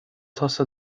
tusa